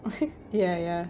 ya ya